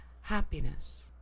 happiness